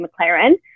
McLaren